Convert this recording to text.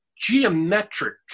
geometric